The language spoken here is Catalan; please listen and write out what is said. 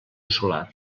solar